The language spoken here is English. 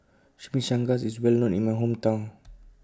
Chimichangas IS Well known in My Hometown